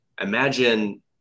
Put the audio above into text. Imagine